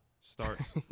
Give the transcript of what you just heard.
starts